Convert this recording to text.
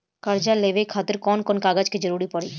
कर्जा लेवे खातिर कौन कौन कागज के जरूरी पड़ी?